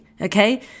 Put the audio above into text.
Okay